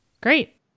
great